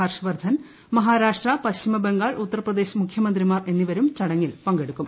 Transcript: ഹർഷ് വർദ്ധൻ മഹാരാഷ്ട്ര പശ്ചിമബംഗാൾ ഉത്തർപ്പ്രദ്ദേശ് മുഖ്യമന്ത്രിമാർ എന്നിവരും ചടങ്ങിൽ പങ്കെടുക്കും